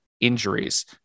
injuries